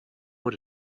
what